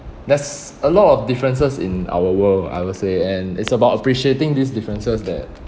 there's a lot of differences in our world I will say and it's about appreciating these differences that